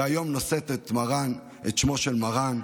שהיום נושאת את שמו של מרן,